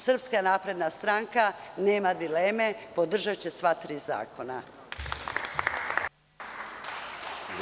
Srpska napredna stranka, nema dileme, podržaće sva tri zakona.